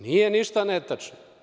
Nije ništa netačno.